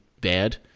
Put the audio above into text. bad